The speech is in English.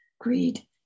greed